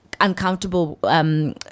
uncomfortable